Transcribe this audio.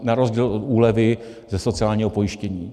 Na rozdíl od úlevy ze sociálního pojištění.